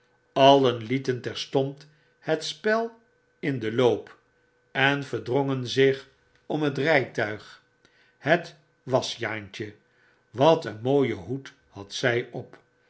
allen lieten terstond het spel in den loop en verdrongen zich om het rytuig het was jaantje wat een mooien hoed had zjj op